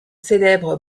célèbre